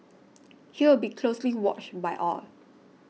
he will be closely watched by all